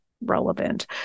relevant